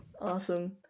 Awesome